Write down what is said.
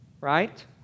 Right